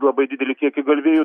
labai didelį kiekį galvijų